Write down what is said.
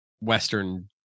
Western